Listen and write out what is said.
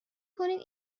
کنید